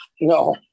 No